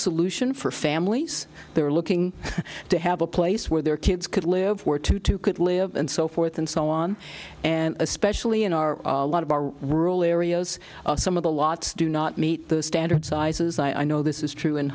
solution for families they're looking to have a place where their kids could live for two to could live and so forth and so on and especially in our a lot of our rural areas some of the lots do not meet the standard sizes i know this is true